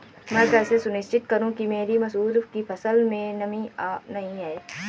मैं कैसे सुनिश्चित करूँ कि मेरी मसूर की फसल में नमी नहीं है?